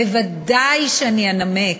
בוודאי שאני אנמק,